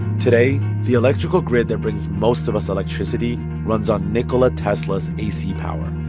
today, the electrical grid that brings most of us electricity runs on nikola tesla's ac power.